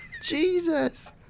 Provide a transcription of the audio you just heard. Jesus